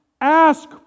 Ask